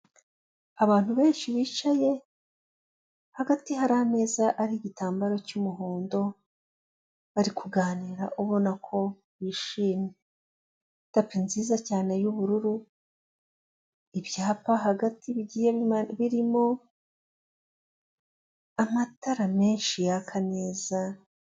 Abantu benshi bicaye hagati hari ameza ariho igitambaro cy'umuhondo bari kuganira ubona ko bishimye. Tapi nziza cyane y'ubururu ibyapa hagati birimo amatara menshi yaka neza.